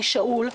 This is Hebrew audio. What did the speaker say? שאול,